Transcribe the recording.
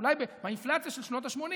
אולי באינפלציה של שנות השמונים.